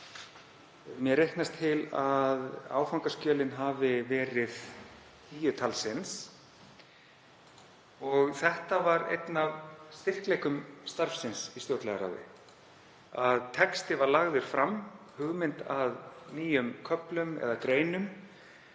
mér reiknast til að áfangaskjölin hafi verið um tíu talsins. Það var einn af styrkleikum starfsins í stjórnlagaráði, að texti var lagður fram, hugmynd að nýjum köflum eða greinum,